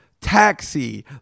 Taxi